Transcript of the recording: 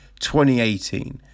2018